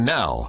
now